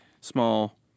small